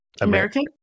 American